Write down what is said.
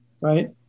right